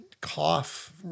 cough